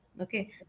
Okay